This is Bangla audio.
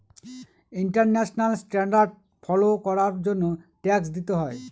ইন্টারন্যাশনাল স্ট্যান্ডার্ড ফলো করার জন্য ট্যাক্স দিতে হয়